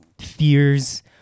fears